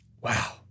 Wow